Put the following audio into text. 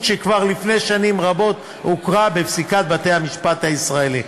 שכבר לפני שנים רבות הוכרה בפסיקת בתי-המשפט הישראלית.